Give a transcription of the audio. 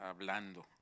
hablando